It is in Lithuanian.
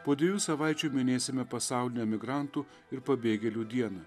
po dviejų savaičių minėsime pasaulinę migrantų ir pabėgėlių dieną